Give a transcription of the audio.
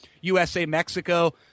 USA-Mexico